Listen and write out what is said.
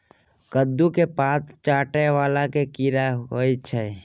कद्दू केँ पात चाटय वला केँ कीड़ा होइ छै?